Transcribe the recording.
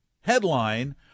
headline